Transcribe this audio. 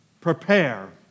prepare